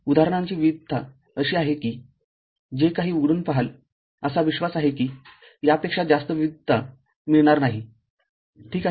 उदाहरणांची विविधता अशी आहे कि जे काही उघडून पाहाल असा विश्वास आहे की यापेक्षा जास्त विविधता मिळणार नाही ठीक आहे